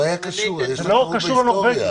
זה לא קשור לנורבגי.